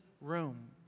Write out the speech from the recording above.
room